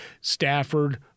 Stafford